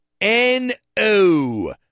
N-O